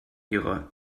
ihre